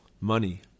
Money